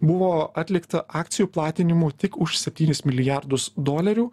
buvo atlikta akcijų platinimų tik už septynis milijardus dolerių